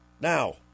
Now